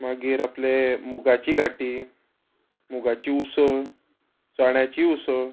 मागीर आपले मुगाची घाटी मुगाची उसळ चण्यांची उसळ